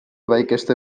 väikeste